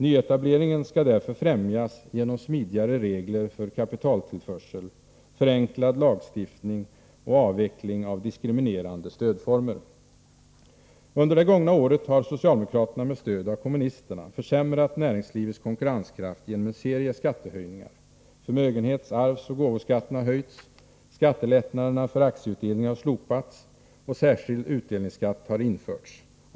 Nyetableringen skall därför främjas genom smidigare regler för kapitaltillförsel, förenklad lagstiftning och avveckling av diskriminerande stödformer. Under det gångna året har socialdemokraterna med stöd av kommunisterna försämrat näringslivets konkurrenskraft genom en serie skattehöjningar. Förmögenhets-, arvsgåvoskatterna har höjts. Skattelättnaderna för aktieutdelningar har slopats, och särskild utdelningsskatt har införts.